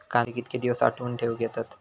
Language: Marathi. कांदे कितके दिवस साठऊन ठेवक येतत?